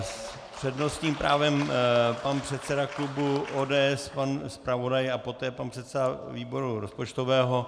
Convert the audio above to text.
S přednostním právem pan předseda klubu ODS, pan zpravodaj a poté pan předseda výboru rozpočtového.